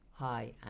Hi